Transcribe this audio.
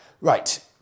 right